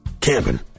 Camping